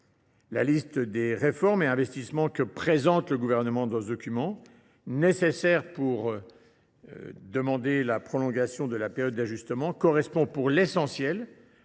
La liste des réformes et investissements que présente le Gouvernement dans ce document, nécessaire pour appuyer sa demande de prolongation de la période d’ajustement, correspond pour l’essentiel